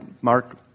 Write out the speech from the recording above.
mark